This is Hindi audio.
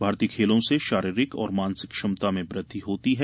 भारतीय खेलों से शारीरिक और मानसिक क्षमता में वृद्धि होती है